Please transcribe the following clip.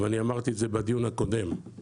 ואני אמרתי את זה בדיון הקודם,